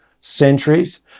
centuries